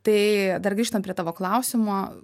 tai dar grįžtant prie tavo klausimo